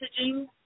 messaging